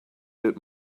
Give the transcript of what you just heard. bit